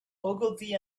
ogilvy